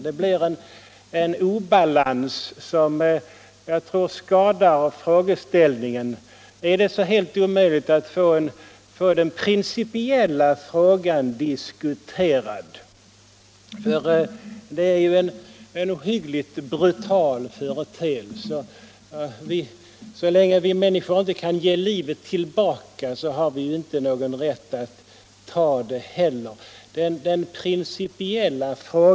Det ger en obalans som jag tror skadar frågeställningen. Är det helt omöjligt att få den principiella frågan diskuterad? Det är ju en ohyggligt brutal företeelse. Så länge vi människor inte kan ge livet tillbaka har vi inte någon rätt att ta någons liv heller.